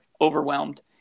overwhelmed